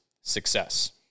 success